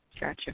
Gotcha